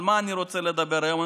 על מה אני רוצה לדבר היום?